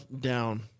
down